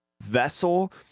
Vessel